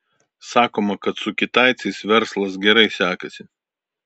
sakoma kad su kitaicais verslas gerai sekasi